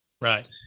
Right